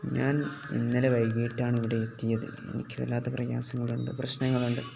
ഞാൻ ഇന്നലെ വൈകിയിട്ടാണ് ഇവിടെ എത്തിയത് എനിക്ക് വല്ലാത്ത പ്രയാസങ്ങളുണ്ട് പ്രശ്നങ്ങളുണ്ട്